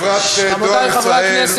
חברת "דואר ישראל" בע"מ, רבותי חברי הכנסת,